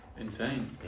Insane